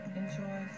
enjoy